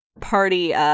party